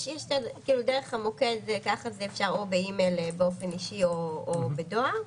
דרך המוקד אפשר או באימייל באופן אישי או בדואר,